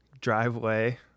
driveway